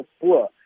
poor